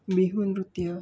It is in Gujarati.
મેહુલ નૃત્ય